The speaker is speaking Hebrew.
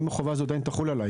האם החובה הזו עדיין תחול עליי?